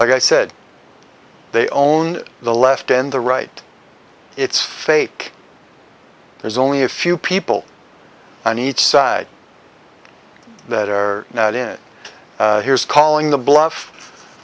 like i said they own the left and the right it's fake there's only a few people on each side that are not in it here's calling the